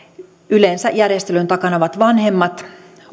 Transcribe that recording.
yleensä järjestelyjen takana ovat vanhemmat